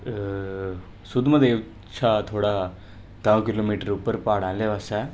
सुद्द महादेव शा थोह्ड़ा द'ऊं किलो मीटर उप्पर प्हाड़ा आह्लै पासै